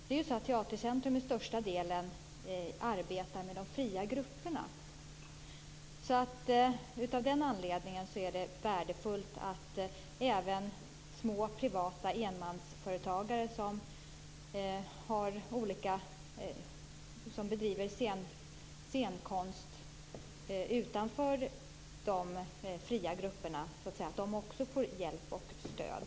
Teatercentrum arbetar ju till största delen med de fria grupperna. Av den anledningen är det värdefullt att även små privata enmansföretagare som bedriver scenkonst utanför de fria grupperna också får hjälp och stöd.